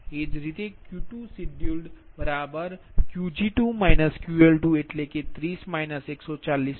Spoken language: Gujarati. એ જ રીતે Q2 scheduledબરાબર Qg2 QL2 એટલે કે 30 140